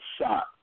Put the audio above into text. shot